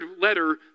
letter